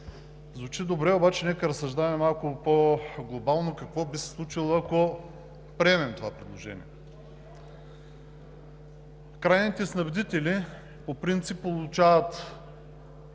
Звучи добре, обаче нека разсъждаваме малко по-глобално – какво би се случило, ако приемем това предложение? Крайните снабдители по принцип получават